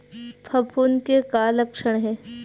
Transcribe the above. फफूंद के का लक्षण हे?